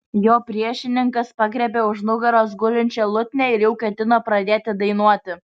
jo priešininkas pagriebė už nugaros gulinčią liutnią ir jau ketino pradėti dainuoti